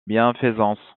bienfaisance